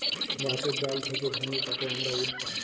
গাহাচের ডাল থ্যাইকে ভাইঙে কাটে আমরা উড পায়